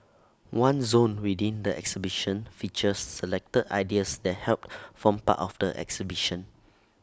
one zone within the exhibition features selected ideas that helped form part of the exhibition